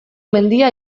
mendia